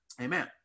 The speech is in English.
amen